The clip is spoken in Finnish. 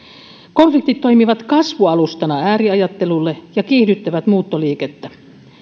konfliktit toimivat kasvualustana ääriajattelulle ja kiihdyttävät muuttoliikettä